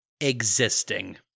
existing